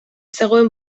zegoen